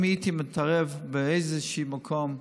אם הייתי מתערב באיזשהו מקום,